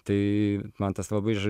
tai man tas labai ža